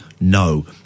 no